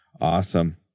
Awesome